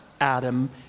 Adam